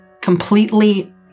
completely